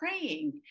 praying